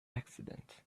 accident